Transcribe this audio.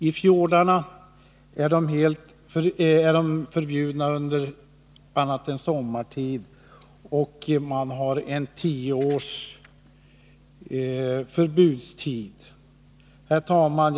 I fjordarna är det förbjudet att nyttja dessa redskap endast under sommarhalvåret. Däremot har man infört ett generellt förbud för fiske med fasta redskap i älvarna under en tioårsperiod. Herr talman!